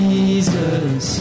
Jesus